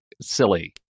silly